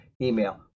email